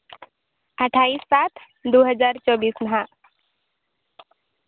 ᱟᱴᱷᱟᱭᱤᱥ ᱥᱟᱛ ᱫᱩᱦᱟᱡᱟᱨ ᱪᱚᱵᱵᱤᱥ ᱦᱟᱸᱜ